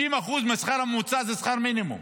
60% מהשכר הממוצע זה שכר מינימום,